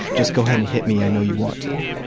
just go ahead and hit me, i know you want to.